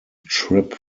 trip